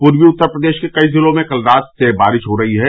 पूर्वी उत्तर प्रदेश के कई जिलों में कल रात से बारिश हो रही है